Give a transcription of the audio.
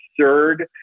absurd